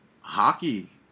hockey